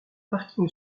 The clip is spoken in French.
parking